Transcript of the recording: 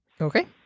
Okay